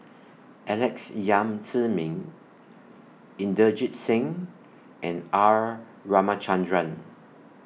Alex Yam Ziming Inderjit Singh and R Ramachandran